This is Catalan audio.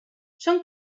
són